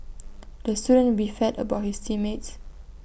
the student beefed about his team mates